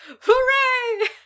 Hooray